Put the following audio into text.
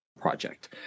project